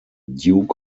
duke